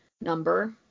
number